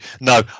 No